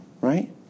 Right